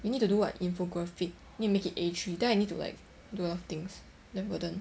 you need to do what infographic you need to make it A three then I need to like do a lot of things damn burden